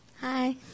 Hi